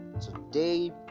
today